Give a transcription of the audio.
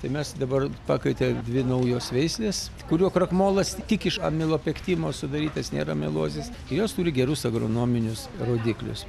tai mes dabar pakvietė dvi naujos veislės kur jau krakmolas tik iš amilopektino sudarytas nėra melozės jos turi gerus agronominius rodiklius